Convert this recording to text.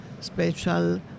special